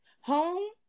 home